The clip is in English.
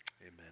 Amen